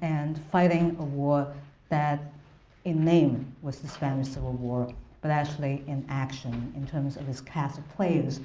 and fighting a war that in name was the spanish civil war but actually in action, in terms of its cast of players,